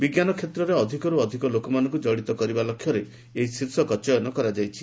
ବିଜ୍ଞାନ କ୍ଷେତ୍ରରେ ଅଧିକରୁ ଅଧିକ ଲୋକମାନଙ୍କୁ ଜଡିତ କରିବା ଲକ୍ଷ୍ୟରେ ଏହି ଶୀର୍ଷକ ଚୟନ କରାଯାଇଛି